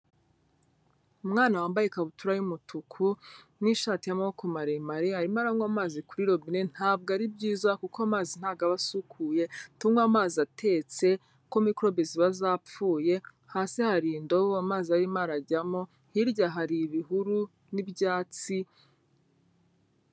Umwana wambaye ikabutura y'umutuku n'ishati y'amaboko maremare arimo aranywa amazi kuri robine, ntabwo ari byiza kuko amazi ntago aba asukuye, tunywa amazi atetse kuko mikorobe ziba zapfuye, hasi hari indobo amazi arimo arajyamo, hirya hari ibihuru n'ibyatsi.